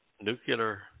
Nuclear